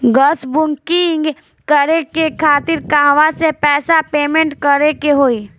Gas booking करे के खातिर कहवा से पैसा पेमेंट करे के होई?